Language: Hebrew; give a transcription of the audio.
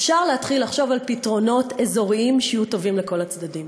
אפשר להתחיל לחשוב על פתרונות אזוריים שיהיו טובים לכל הצדדים.